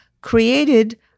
created